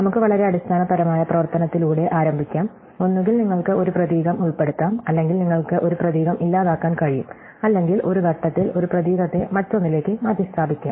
നമുക്ക് വളരെ അടിസ്ഥാനപരമായ പ്രവർത്തനത്തിലൂടെ ആരംഭിക്കാം ഒന്നുകിൽ നിങ്ങൾക്ക് ഒരു പ്രതീകം ഉൾപ്പെടുത്താം അല്ലെങ്കിൽ നിങ്ങൾക്ക് ഒരു പ്രതീകം ഇല്ലാതാക്കാൻ കഴിയും അല്ലെങ്കിൽ ഒരു ഘട്ടത്തിൽ ഒരു പ്രതീകത്തെ മറ്റൊന്നിലേക്ക് മാറ്റിസ്ഥാപിക്കാം